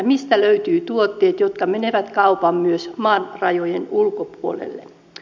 mistä löytyvät tuotteet jotka menevät kaupan myös maan rajojen ulkopuolelle